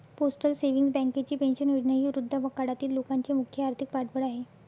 postal savings बँकेची pension योजना ही वृद्धापकाळातील लोकांचे मुख्य आर्थिक पाठबळ आहे